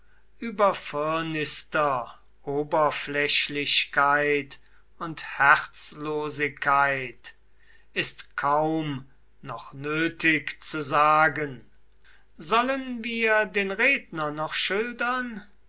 überfirnißter oberflächlichkeit und herzlosigkeit ist kaum noch nötig zu sagen sollen wir den redner noch schildern